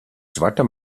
zwarte